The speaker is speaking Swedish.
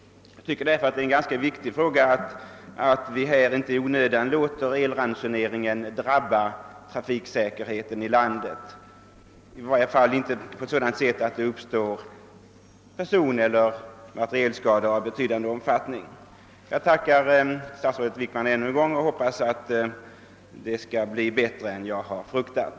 Jag tycker därför det är ganska viktigt att vi inte i onödan låter elransoneringen drabba trafiksäkerheten i landet. Jag tackar ännu en gång för svaret och hoppas att situationen skall bli bättre än vad jag befarat.